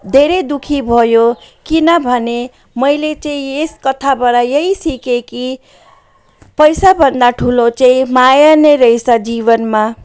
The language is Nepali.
धेरै दुःखी भयो किनभने मैले चाहिँ यस कथाबाट यही सिकेँ कि पैसाभन्दा ठुलो चाहिँ माया नै रहेछ जीवनमा